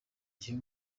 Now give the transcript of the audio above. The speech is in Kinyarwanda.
igihe